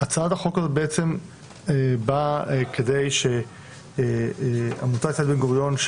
הצעת החוק הזאת בעצם באה כדי שעמותת יד בן-גוריון,